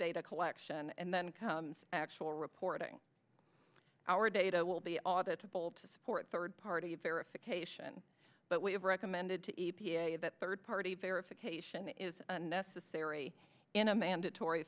data collection and then comes actual reporting our data will be audited all to support third party verification but we have recommended to e p a that third party verification is necessary in a mandatory